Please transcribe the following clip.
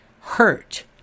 hurt